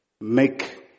make